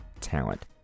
talent